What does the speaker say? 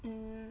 mm